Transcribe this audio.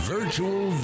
Virtual